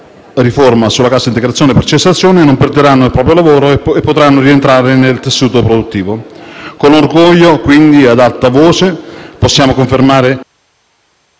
riforma sulla cassa integrazione per cessazione, non perderanno il proprio lavoro e potranno rientrare nel tessuto produttivo. Con orgoglio, quindi, e ad alta voce, possiamo confermare,